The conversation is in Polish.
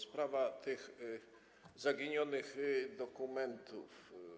Sprawa tych zaginionych dokumentów.